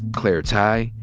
claire tighe,